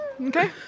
Okay